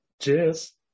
Cheers